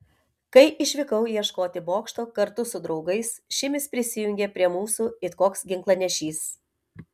kai išvykau ieškoti bokšto kartu su draugais šimis prisijungė prie mūsų it koks ginklanešys